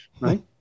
right